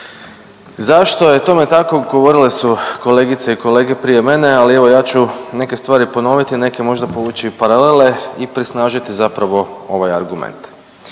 Zašto je tome tako govorile su kolegice i kolege prije mene, ali evo ja ću neke stvari ponoviti, neke možda povući paralele i prisnažiti zapravo ovaj argument.